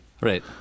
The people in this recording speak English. Right